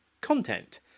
content